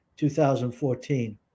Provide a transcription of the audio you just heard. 2014